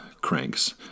cranks